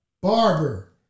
Barber